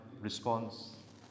response